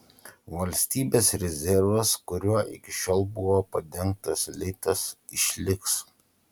valstybės rezervas kuriuo iki šiol buvo padengtas litas išliks